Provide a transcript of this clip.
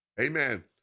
Amen